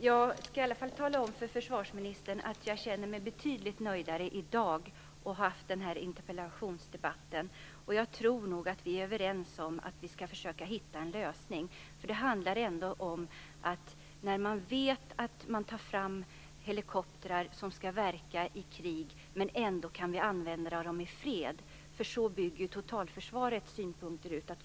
Fru talman! Jag vill tala om för försvarsministern att jag känner mig väldigt nöjd med att ha haft den här interpellationsdebatten i dag. Jag tror nog att vi är överens om att vi skall försöka hitta en lösning. Det handlar ju om att vi skall kunna använda de helikoptrar som är framtagna för att verka i krig även i fred. Så ser totalförsvarets synpunkter ut.